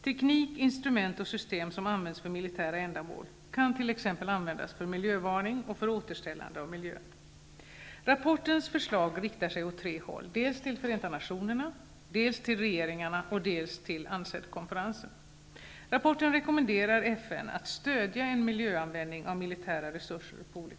Teknik, instrument och system som används för militära ändamål kan t.ex. användas för miljövarning och för återställande av miljön. Rapportens förslag riktar sig åt tre håll: till Förenta Nationerna, till regeringarna och till UNCED I rapporten rekommenderas FN att på olika sätt stödja en miljöanvändning av militära resurser.